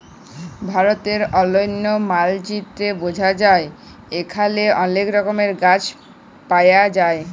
ভারতের অলন্য মালচিত্রে বঝা যায় এখালে অলেক রকমের গাছ পায়া যায়